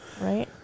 right